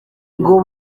ngo